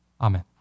Amen